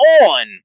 on